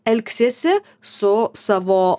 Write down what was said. elgsiesi su savo